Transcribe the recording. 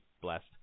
blessed